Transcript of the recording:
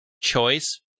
choice